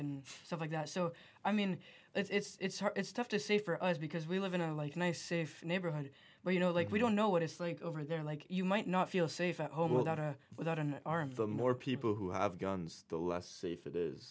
and stuff like that so i mean it's hard it's tough to say for us because we live in a like nice safe neighborhood where you know like we don't know what it's like over there like you might not feel safe at home without a without an arm the more people who have guns the less